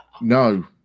No